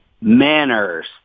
manners